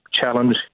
challenge